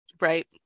Right